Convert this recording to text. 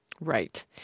Right